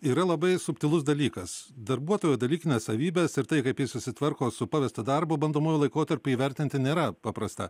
yra labai subtilus dalykas darbuotojo dalykines savybes ir tai kaip jis susitvarko su pavestu darbu bandomuoju laikotarpiu įvertinti nėra paprasta